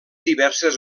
diverses